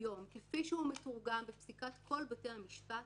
כפי שהוא מתורגם בפסיקת כל בתי המשפט